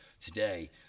today